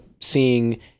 seeing